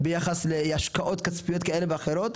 ביחס להשקעות כספיות כאלה ואחרות.